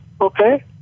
okay